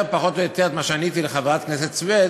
פחות או יותר את מה שעניתי לחברת הכנסת סויד